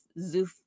zoo